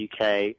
UK